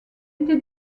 était